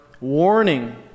warning